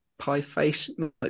Pieface